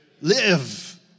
live